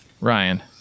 Ryan